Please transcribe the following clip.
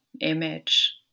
image